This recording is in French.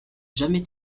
jamais